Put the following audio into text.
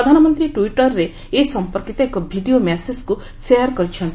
ପ୍ରଧାନମନ୍ତ୍ରୀ ଟ୍ସିଟର୍ରେ ଏ ସମ୍ପର୍କିତ ଏକ ଭିଡ଼ିଓ ମେସେଜ୍କୁ ସେୟାର କରିଚ୍ଛନ୍ତି